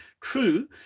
True